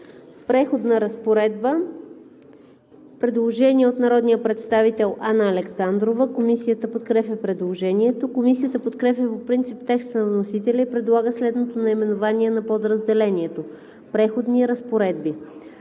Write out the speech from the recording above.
Преходни разпоредби има предложение на народния представител Анна Александрова. Комисията подкрепя предложението. Комисията подкрепя по принцип текста на вносителя и предлага следното наименование на подразделението: „Преходни разпоредби“.